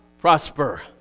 prosper